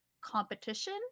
competition